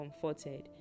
comforted